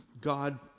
God